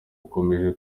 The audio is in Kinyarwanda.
ukomeje